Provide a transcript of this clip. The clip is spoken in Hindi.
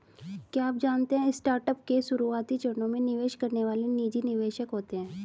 क्या आप जानते है स्टार्टअप के शुरुआती चरणों में निवेश करने वाले निजी निवेशक होते है?